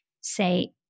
say